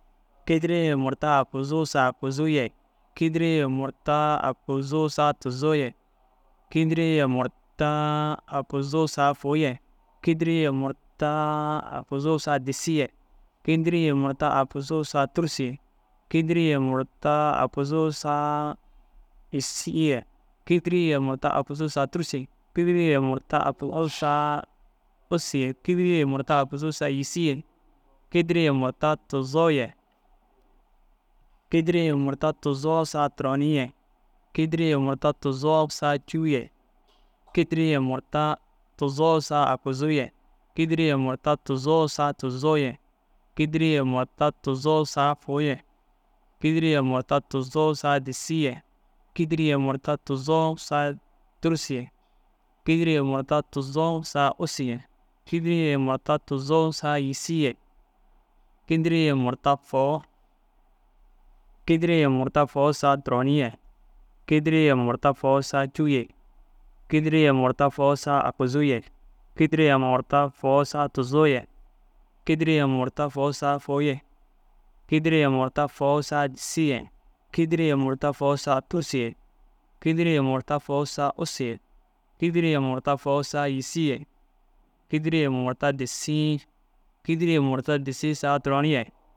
Kîdirii ye murta aguzuu saa aguzuu ye, kîdirii ye murta aguzuu saa tuzoo ye, kîdirii ye murta aguzuu saa fôu ye, kîdirii ye murta aguzuu saa disii ye, kîdiri ye murta aguzuu saa tûrusu ye, kîdiri ye murta aguzuu saa yîsii ye, kîdiri ye murta aguzuu saa tûrusu ye, kîdiri ye murta aguzuu saa ussu ye, kîdiri ye murta aguzuu saa yîsii ye, kîdiri ye murta tuzoo ye. Kîdiri ye murta tuzoo saa turoni ye, kîdiri ye murta tuzoo saa cûu ye, kîdiri ye murta tuzoo saa aguzuu ye, kîdiri ye murta tuzoo saa tuzoo ye, kîdiri ye murta tuzoo saa fôu ye, kîdiri ye murta tuzoo saa disii ye, kîdiri ye murta tuzoo saa tûrusu ye, kîdiri ye murta tuzoo saa ussu ye, kîdiri ye murta tuzoo saa yîsii ye, kîdiri ye murta fôu. Kîdiri ye murta fôu saa turoni ye, kîdiri ye murta fôu saa cûu ye, kîdiri ye murta fôu saa aguzuu ye, kîdiri ye murta fôu saa tuzoo ye, kîdiri ye murta fôu saa fôu ye, kîdiri ye murta fôu saa disii ye, kîdiri ye murta fôu saa tûrusu ye, kîdiri ye murta fôu saa ussu ye, kîdiri ye murta fôu saa yîsii ye, kîdiri ye murta disii. Kîdiri ye murta disii saa turoni ye